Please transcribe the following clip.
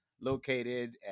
located